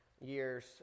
years